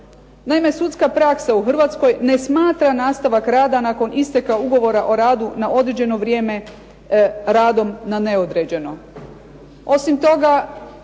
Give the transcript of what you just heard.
Naime, sudska praksa u Hrvatskoj ne smatra nastavak rada nakon isteka ugovora o radu na određeno vrijeme radom na neodređeno. Osim toga,